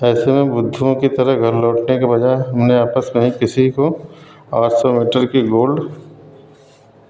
ऐसे में बुद्धुओं की तरह घर लौटने के बजाय हमने आपस में ही किसी को आठ सौ मीटर की गोल्ड